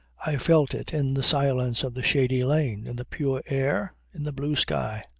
i felt it in the silence of the shady lane, in the pure air, in the blue sky.